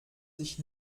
sich